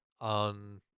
on